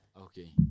Okay